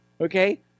okay